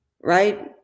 right